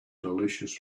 delicious